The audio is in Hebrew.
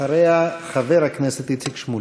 אחריה, חבר הכנסת איציק שמולי.